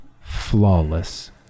flawless